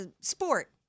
sport